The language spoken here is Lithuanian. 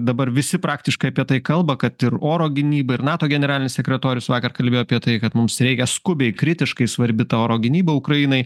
dabar visi praktiškai apie tai kalba kad ir oro gynyba ir nato generalinis sekretorius vakar kalbėjo apie tai kad mums reikia skubiai kritiškai svarbi ta oro gynyba ukrainai